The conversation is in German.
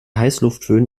heißluftföhn